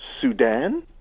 Sudan